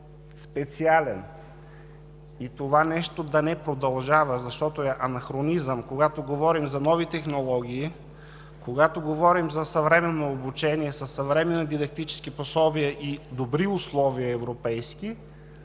специален, и това нещо да не продължава, защото е анахронизъм? Когато говорим за нови технологии, когато говорим за съвременно обучение със съвременни дидактически пособия и добри европейски